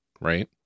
right